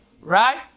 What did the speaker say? Right